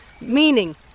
Meaning